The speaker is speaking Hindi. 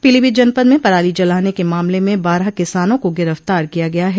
पीलीभीत जनपद में पराली जलाने के मामले में बारह किसानों को गिरफ्तार किया गया है